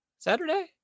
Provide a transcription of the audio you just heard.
Saturday